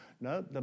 No